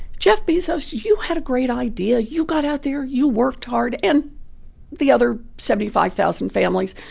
jeff bezos, you had a great idea. you got out there. you worked hard. and the other seventy five thousand families,